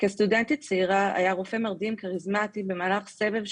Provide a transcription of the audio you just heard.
כסטודנטית צעירה היה רופא מרדים כריזמטי במהלך סבב,